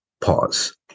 pause